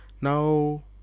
Now